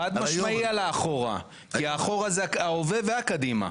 חד משמעי על האחורה, כי האחורה זה ההווה והקדימה.